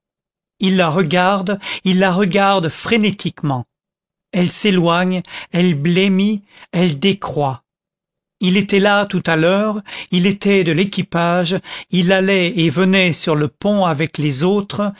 il la regarde il la regarde frénétiquement elle s'éloigne elle blêmit elle décroît il était là tout à l'heure il était de l'équipage il allait et venait sur le pont avec les autres